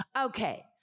Okay